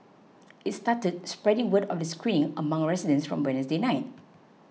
it started spreading word of the screen among residents from Wednesday night